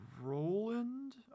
Roland